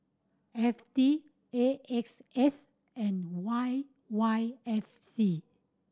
F T A X S and Y Y F C